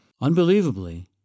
Unbelievably